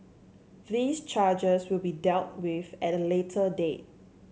these charges will be dealt with at a later date